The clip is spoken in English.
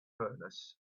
furnace